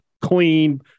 clean